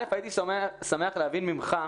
הייתי שמח להבין ממך,